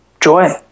joy